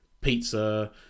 pizza